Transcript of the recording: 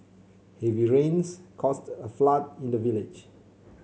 heavy rains caused a flood in the village